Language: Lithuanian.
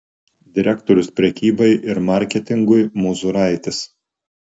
direktorius prekybai ir marketingui mozuraitis